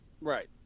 Right